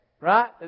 right